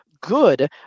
good